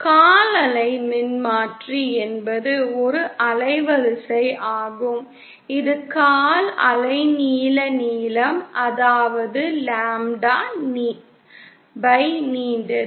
கால் அலை மின்மாற்றி என்பது ஒரு அலைவரிசை ஆகும் இது கால் அலைநீள நீளம் அதாவது லாம்ப்டா நீண்டது